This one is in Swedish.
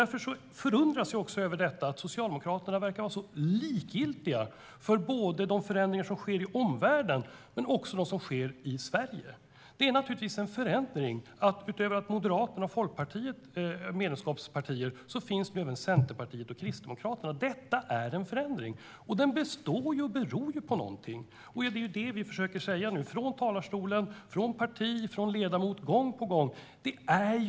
Jag förundras över att Socialdemokraterna verkar vara så likgiltiga inför både de förändringar som sker i omvärlden och dem som sker i Sverige. Det är naturligtvis en förändring att som medlemskapspartier utöver Moderaterna och Folkpartiet finns nu även Centerpartiet och Kristdemokraterna. Detta är en förändring. Den består och beror på någonting. Det är vad vi debattörer i talarstolen, ledamöter och partier gång på gång försöker säga.